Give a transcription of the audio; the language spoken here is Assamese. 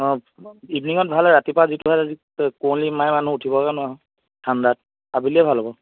অঁ ইভিনিঙত ভালেই ৰাতিপুৱা যিটোহে কুঁৱলী মাৰে মানুহ উঠিবকে নোৱাৰা য় ঠাণ্ডাত আবেলিয়ে ভাল হ'ব